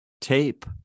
tape